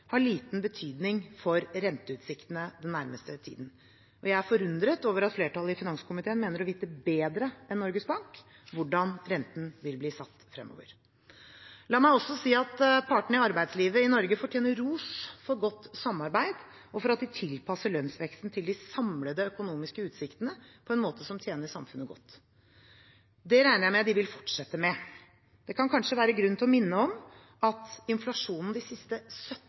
liten betydning for renteutsiktene den nærmeste tiden». Jeg er forundret over at flertallet i finanskomiteen mener å vite bedre enn Norges Bank hvordan renten vil bli satt fremover. La meg også si at partene i arbeidslivet i Norge fortjener ros for godt samarbeid og for at de tilpasser lønnsveksten til de samlede økonomiske utsiktene på en måte som tjener samfunnet godt. Det regner jeg med at de vil fortsette med. Det kan kanskje være grunn til å minne om at inflasjonen de siste 17